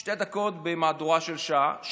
שתי דקות במהדורה של שעה,